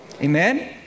Amen